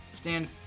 Stand